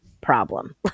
problem